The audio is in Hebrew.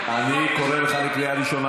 אני קורא אותך קריאה ראשונה,